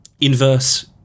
Inverse